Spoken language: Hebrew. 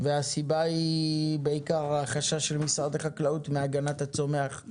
והסיבה היא בעיקר החשש של משרד החקלאות מהגנת הצומח,